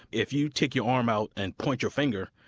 if you take your arm out and point your finger,